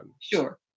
Sure